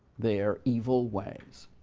their evil ways.